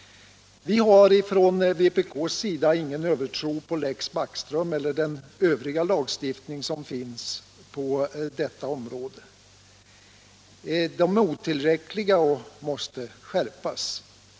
Vi har från vpk:s sida ingen övertro på Lex Backström eller den övriga lagstiftning som finns på detta område. Lagstiftningen är otillräcklig och måste skärpas.